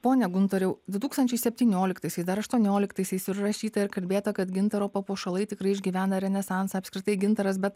pone guntoriau du tūkstančiai septynioliktaisiais dar aštuonioliktaisiais ir rašyta ir kalbėta kad gintaro papuošalai tikrai išgyvena renesansą apskritai gintaras bet